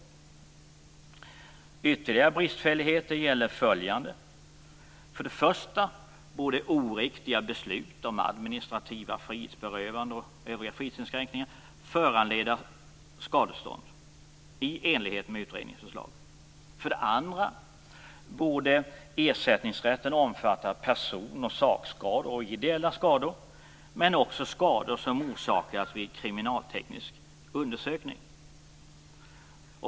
Det finns ytterligare bristfälligheter. För det första borde oriktiga beslut om administrativa frihetsberövanden och övriga frihetsinskränkningar föranleda skadestånd i enlighet med utredningens förslag. För det andra borde ersättningsrätten omfatta person och sakskador och ideella skador, men också skador som orsakas vid kriminalteknisk undersökning.